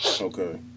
Okay